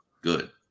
good